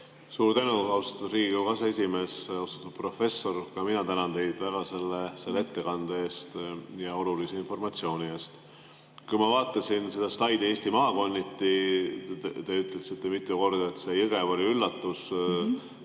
Suur tänu, austatud Riigikogu aseesimees! Austatud professor! Ka mina tänan teid väga selle ettekande eest ja olulise informatsiooni eest! Kui ma vaatasin seda slaidi Eesti maakondadest, siis te ütlesite mitu korda, et Jõgeva oli üllatus.